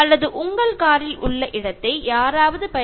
അതായത് കാറിലെ സ്ഥലം പങ്കുവയ്ക്കുക